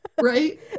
right